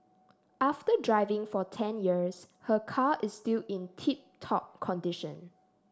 after driving for ten years her car is still in tip top condition